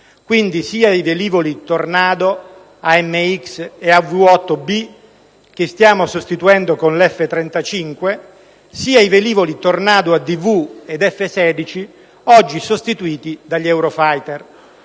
quindi sia i velivoli Tornado, AMX e AV-8B, che stiamo sostituendo con l'F-35, sia i velivoli Tornado ADV ed F-16 oggi sostituiti dagli Eurofighter.